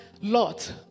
Lot